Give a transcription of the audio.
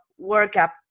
workup